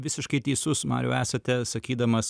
visiškai teisus mariau esate sakydamas